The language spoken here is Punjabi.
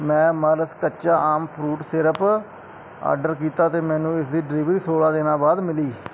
ਮੈਂ ਮਲਸ ਕੱਚਾ ਆਮ ਫਰੂਟ ਸੀਰਪ ਆਡਰ ਕੀਤਾ ਅਤੇ ਮੈਨੂੰ ਇਸਦੀ ਡਿਲੀਵਰੀ ਸੌਲਾਂ ਦਿਨਾਂ ਬਾਅਦ ਮਿਲੀ